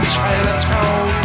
Chinatown